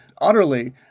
utterly